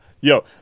yo